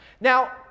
Now